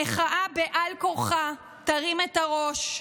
המחאה, בעל כורחה, תרים את הראש.